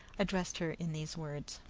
addressed her in these words